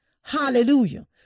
Hallelujah